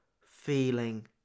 feeling